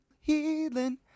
healing